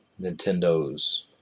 Nintendo's